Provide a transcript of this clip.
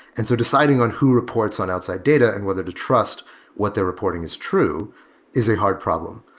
and so deciding on who reports on outside data and whether to trust what they're reporting is true is a hard problem.